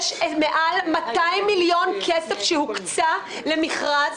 יש מעל 200 מיליון שקלים שהוקצו למכרז.